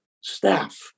staff